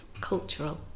cultural